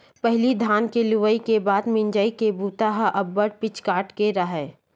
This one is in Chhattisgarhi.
पहिली धान के लुवई के बाद म मिंजई के बूता ह अब्बड़ पिचकाट के राहय